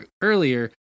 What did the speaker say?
earlier